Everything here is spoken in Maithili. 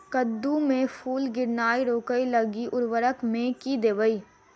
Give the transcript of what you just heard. कद्दू मे फूल गिरनाय रोकय लागि उर्वरक मे की देबै?